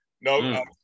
no